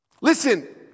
Listen